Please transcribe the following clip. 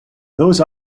those